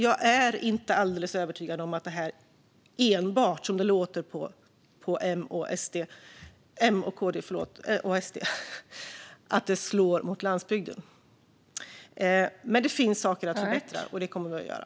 Jag är alltså inte helt övertygad om att detta enbart slår mot landsbygden, som det låter på M, KD och SD. Det finns dock saker att förbättra, och det kommer vi att göra.